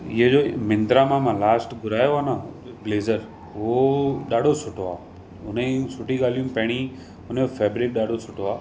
हीअ जो मिंत्रा मां मा लास्ट घुरायो आहे न ब्लेज़र हुओ ॾाढो सुठो आहे हुनजी सुठियूं ॻाल्हियूं पहिरीं हुनजो फैब्रिक ॾाढो सुठो आहे